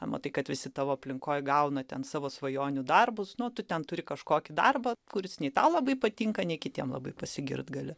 na matai kad visi tavo aplinkoj gauna ten savo svajonių darbus nu o tu ten turi kažkokį darbą kuris nei tau labai patinka nei kitiem labai pasigirt gali